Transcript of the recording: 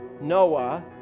Noah